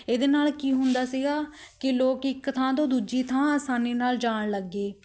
ਇਹਦੇ ਨਾਲ ਕੀ ਹੁੰਦਾ ਸੀਗਾ ਕਿ ਲੋਕ ਇੱਕ ਥਾਂ ਤੋਂ ਦੂਜੀ ਥਾਂ ਆਸਾਨੀ ਨਾਲ ਜਾਣ ਲੱਗੇ